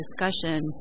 discussion